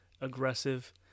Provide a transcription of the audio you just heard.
aggressive